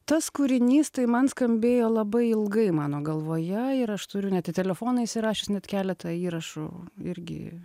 tas kūrinys tai man skambėjo labai ilgai mano galvoje ir aš turiu net į telefoną įsirašius net keletą įrašų irgi